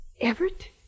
Everett